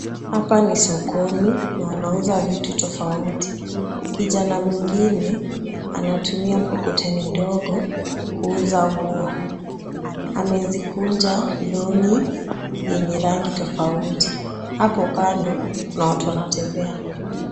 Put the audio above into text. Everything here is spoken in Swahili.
Hapa ni sokoni na wanauza vitu tofauti. Kijana mwingine anatumia mkokoteni ndogo kuuza nguo. Amezikunja long'i yenye rangi tofauti. Hapo kando kuna watu wanatembea.